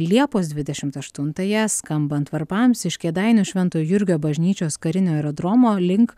liepos dvidešimt aštuntąją skambant varpams iš kėdainių švento jurgio bažnyčios karinio aerodromo link